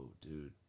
dude